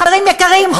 חברים יקרים,